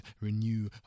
Renew